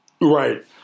Right